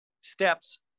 steps